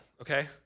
okay